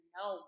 no